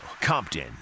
Compton